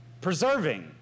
Preserving